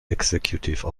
executive